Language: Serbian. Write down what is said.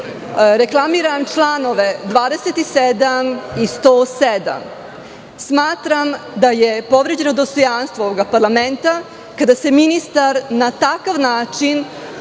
reklamiram članove 27. i 107. Smatram da je povređeno dostojanstvo ovog parlamenta kada se ministar na takav način